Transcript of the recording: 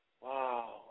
Wow